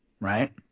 right